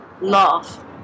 love